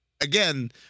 again